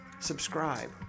Subscribe